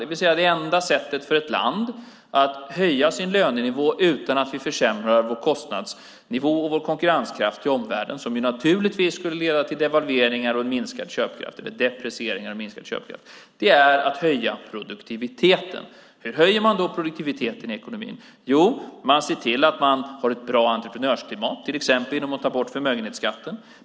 Det vill säga att det enda sättet för ett land att höja sin lönenivå utan att vi försämrar vår kostnadsnivå och vår konkurrenskraft mot omvärlden, vilket naturligtvis skulle leda till devalveringar och minskad köpkraft eller deprecieringar och minskad köpkraft, är att höja produktiviteten. Hur höjer man då produktiviteten i ekonomin? Jo, man ser till att man har ett bra entreprenörsklimat, till exempel genom att ta bort förmögenhetsskatten.